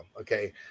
Okay